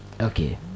Okay